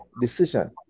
decision